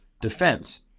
defense